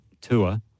tour